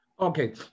Okay